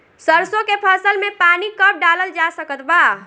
सरसों के फसल में पानी कब डालल जा सकत बा?